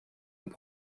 nous